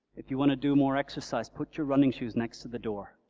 if you want to do more exercise, put your running shoes next to the door.